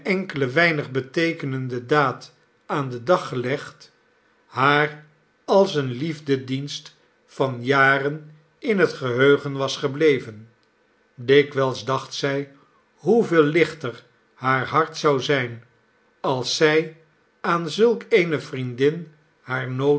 enkele weinig beteekenende daad aan den dag gelegd haar als een liefdedienst van jaren in het geheugen was gebleven dikwijls dacht zij hoeveel lichter haar hart zou zijn als zij aan zulk eene vriendin haar